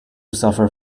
suffer